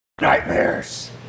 Nightmares